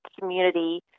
community